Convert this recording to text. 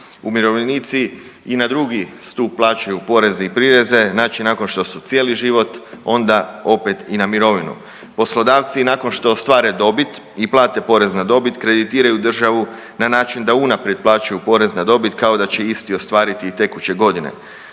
Umirovljenici i na drugi stup plaćaju poreze i prireze, znači nakon što su cijeli život onda opet i na mirovinu. Poslodavci nakon što ostvare dobiti i plate porez na dobit kreditiraju državu na način da unaprijed plaćaju porez na dobit kao da će isti ostvariti tekuće godine.